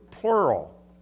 plural